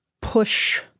push